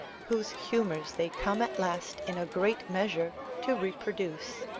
whose humours they come at last in a great measure to reproduce.